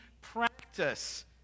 Practice